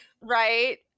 right